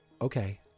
okay